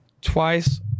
twice-